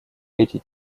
эти